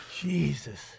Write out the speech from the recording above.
Jesus